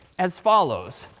as follows.